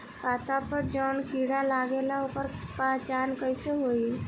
पत्ता पर जौन कीड़ा लागेला ओकर पहचान कैसे होई?